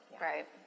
right